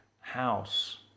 house